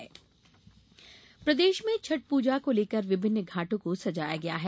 छठ पूजा प्रदेश में छठ पूजा को लेकर विभिन्न घाटों को सजाया गया है